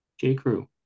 J.Crew